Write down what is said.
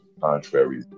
contrary